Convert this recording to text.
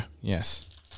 yes